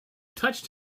touched